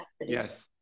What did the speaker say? Yes